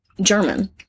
German